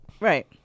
right